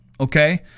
okay